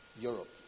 Europe